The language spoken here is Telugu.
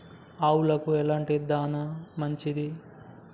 ఆవులకు ఎలాంటి దాణా మంచిది?